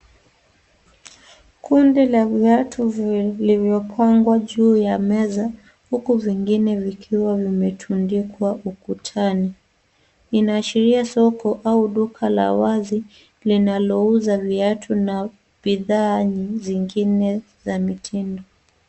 Kundi la viatu vilivyopangwa juu ya meza huku vingine vikiwa vime tundikwa ukutani. Inaashiria sokoau duka la wazi linalo uza viatu na bidhaa zingine za mitindo .